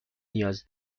نیاز